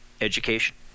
education